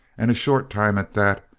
and short time at that,